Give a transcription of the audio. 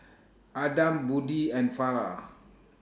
Adam Budi and Farah